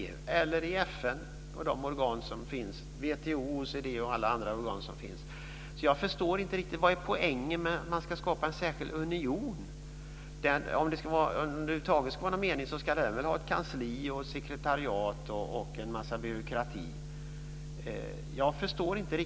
Det kan också göras i FN och de organ som finns där eller i WTO, OECD och alla andra organ. Jag förstår alltså inte riktigt poängen med att skapa en särskild union. Om det över huvud taget ska vara någon mening med den så ska den väl ha ett kansli, ett sekretariat och en massa byråkrati.